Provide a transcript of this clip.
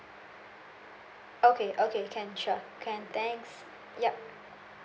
okay okay can sure can thanks yup